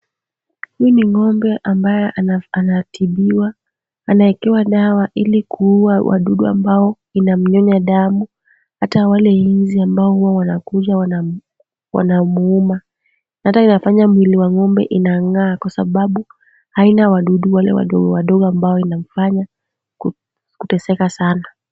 Hii ni ng'ombe ambaye anayetibiwa. Anawekewa dawa ili kuua wadudu ambao inamnyonya damu, ata wale nzi ambao huwa wanakuja wanamuuma. Ata inafanya mwili wa ng'ombe inang'aa kwa sababu haina wadudu wale wadogo wadogo ambao inamfanya kuteseka sana.